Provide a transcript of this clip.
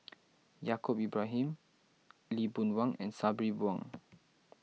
Yaacob Ibrahim Lee Boon Wang and Sabri Buang